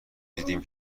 دیدیم